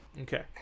Okay